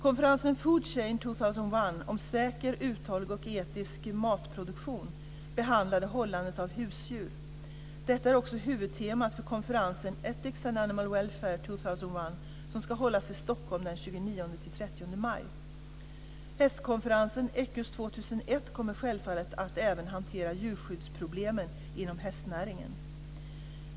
Konferensen Food Chain 2001 om säker, uthållig och etisk matproduktion behandlade hållandet av husdjur. Detta är också huvudtemat för konferensen Ethics and Animal Welfare 2001, som ska hållas i 2001 kommer självfallet att även hantera djurskyddsproblem inom hästnäringen.